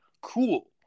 cool